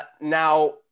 now